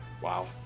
Wow